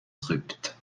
rupt